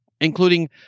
including